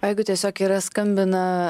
jeigu tiesiog yra skambina